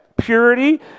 purity